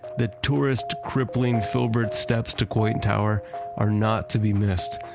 the tourist crippling filbert steps to coit tower are not to be missed.